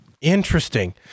interesting